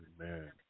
Amen